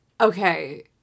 Okay